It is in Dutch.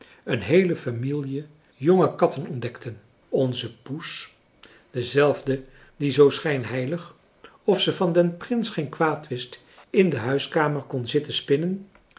een heele famielje jonge katten ontdekte onze poes dezelfde die zoo françois haverschmidt familie en kennissen schijnheilig of ze van den prins geen kwaad wist in de huiskamer kon zitten spinnen